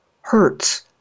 hertz